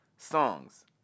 Songs